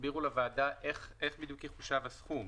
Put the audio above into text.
איך יחושב הסכום?